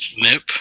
Nip